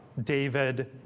David